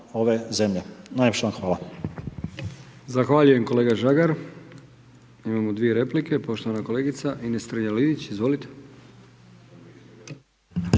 vam hvala. **Brkić, Milijan (HDZ)** Zahvaljujem kolega Žagar. Imamo dvije replike. Poštovana kolegica Ines Strenja-Linić, izvolite.